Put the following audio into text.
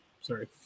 Sorry